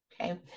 Okay